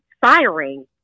firing